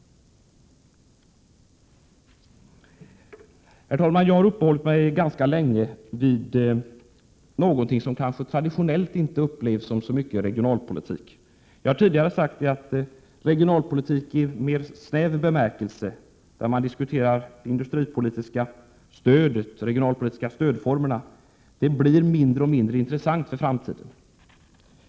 Herr talman! Jag har uppehållit mig ganska länge vid någonting som traditionellt kanske inte upplevs som regionalpolitik. Jag har tidigare sagt att regionalpolitik i mer snäv bemärkelse, där man diskuterar det industripolitiska stödet och de regionalpolitiska stödformerna, blir allt mindre intressant i framtiden.